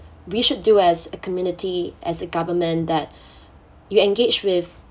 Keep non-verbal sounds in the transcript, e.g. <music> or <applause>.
we should do as a community as a government that <breath> you engage with